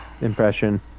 impression